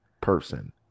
person